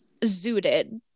zooted